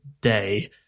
day